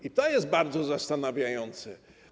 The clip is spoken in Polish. I to jest bardzo zastanawiające.